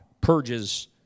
purges